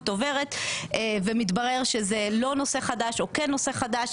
עוברת ומתברר שזה לא נושא חדש או כן נושא חדש,